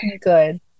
good